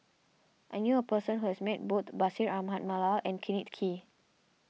I knew a person who has met both Bashir Ahmad Mallal and Kenneth Kee